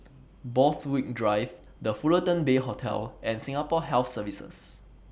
Borthwick Drive The Fullerton Bay Hotel and Singapore Health Services